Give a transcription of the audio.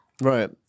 Right